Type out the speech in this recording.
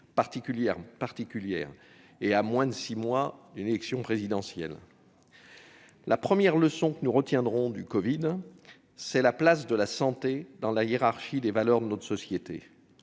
aussi à moins de six mois de l'élection présidentielle. La première leçon que nous retiendrons du covid, c'est la place de la santé dans la hiérarchie des valeurs de notre société.